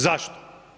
Zašto?